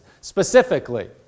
specifically